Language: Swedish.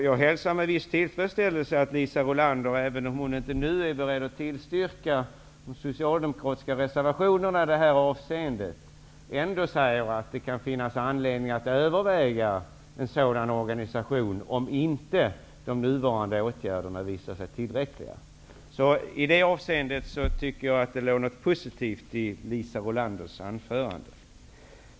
Jag hälsar med viss tillfredsställelse att Liisa Rulander -- även om hon inte nu är beredd att tillstyrka de socialdemokratiska reservationerna i detta avseende -- säger att det kan finnas anledning att överväga en sådan organisation, om inte de nuvarande åtgärderna visar sig vara tillräckliga. I det avseendet tycker jag alltså att det låg något positivt i hennes anförande.